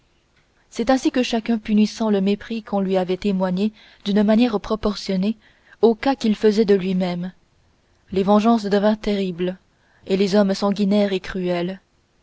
c'est ainsi que chacun punissant le mépris qu'on lui avait témoigné d'une manière proportionnée au cas qu'il faisait de lui-même les vengeances devinrent terribles et les hommes sanguinaires et cruels